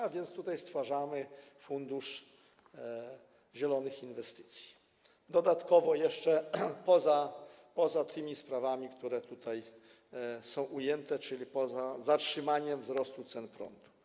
A więc tutaj stwarzamy fundusz zielonych inwestycji, dodatkowo jeszcze, poza tymi sprawami, które tutaj są ujęte, czyli poza zatrzymaniem wzrostu cen prądu.